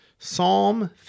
Psalm